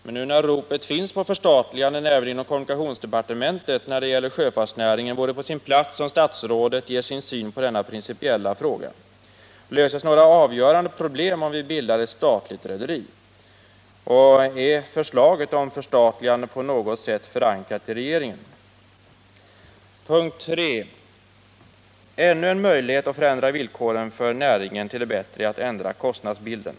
Men nu när ropet på förstatliganden finns även inom kommunikationsdepartementet när det gäller sjöfartsnäringen, vore det på sin plats att statsrådet ger sin syn på denna principiella fråga. Löses några avgörande problem om vi bildar ett statligt rederi? Är förslaget om förstatligande på något sätt förankrat i regeringen? 3. Ännu en möjlighet att förändra villkoren för sjöfartsnäringen till det bättre är att ändra kostnadsbilden.